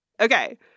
Okay